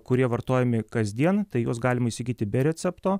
kurie vartojami kasdien juos galima įsigyti be recepto